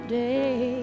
day